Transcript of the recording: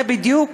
זה בדיוק